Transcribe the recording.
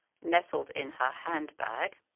nestled in her handbag,